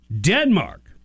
Denmark